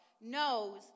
knows